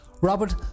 Robert